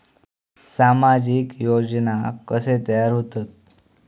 सामाजिक योजना कसे तयार होतत?